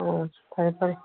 ꯎꯝ ꯐꯔꯦ ꯐꯔꯦ